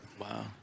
Wow